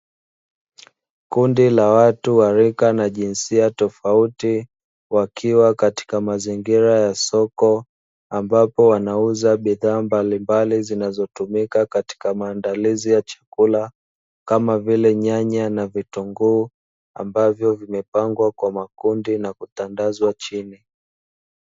Kundi la watu wa rika na jinsia tofauti wakiwa katika mazingira ya soko ambapo wanauza bidhaa mbalimbali zinazotumika katika maandalizi ya chakula, kama vile nyanya na vitunguu ambavyo vimepangwa kwa makundi na kutandazwa chini.